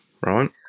right